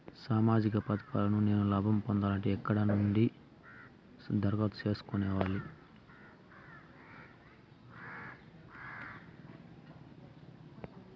సామాజిక పథకాలను నేను లాభం పొందాలంటే ఎక్కడ నుంచి దరఖాస్తు సేసుకోవాలి?